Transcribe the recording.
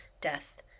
death